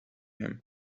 him